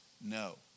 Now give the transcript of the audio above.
No